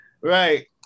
right